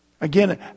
Again